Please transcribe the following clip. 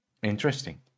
Interesting